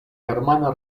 germana